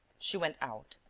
she went out.